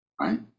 right